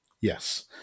Yes